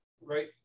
Right